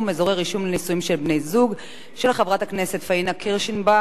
של חברת הכנסת פאינה קירשנבאום וקבוצת חברי הכנסת.